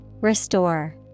Restore